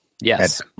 yes